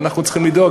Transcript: ואנחנו צריכים לדאוג,